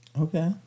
Okay